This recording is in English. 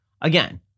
Again